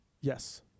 Yes